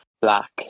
black